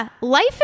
Life